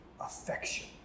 affection